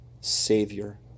Savior